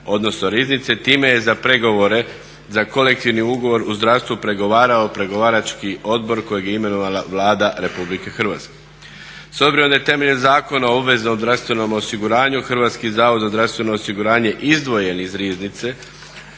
odnosno riznice, time je za pregovore za kolektivni ugovor u zdravstvu pregovarao pregovarački odbor koje je imenovala Vlada Republike Hrvatske. S obzirom da je temeljem Zakona o obveznom zdravstvenom osiguranju HZZO izdvojen iz riznice,